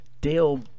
Dale